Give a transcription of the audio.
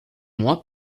mois